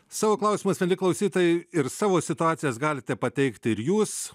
savo klausimus mieli klausytojai ir savo situacijas galite pateikti ir jūs